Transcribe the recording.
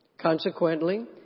Consequently